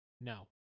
No